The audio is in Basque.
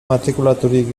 matrikulaturik